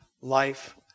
life